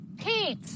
Pete